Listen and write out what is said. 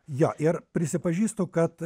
jo ir prisipažįstu kad